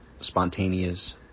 spontaneous